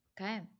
Okay